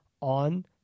on